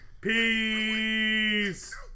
Peace